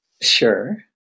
Sure